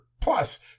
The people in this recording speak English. plus